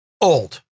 old